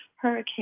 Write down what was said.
Hurricane